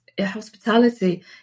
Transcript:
Hospitality